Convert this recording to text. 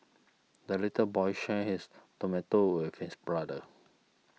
the little boy shared his tomato with his brother